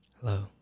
Hello